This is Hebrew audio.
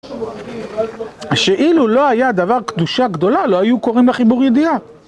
שאילו לא היה דבר קדושה גדולה, לא היו קוראים לחיבור ידיעה.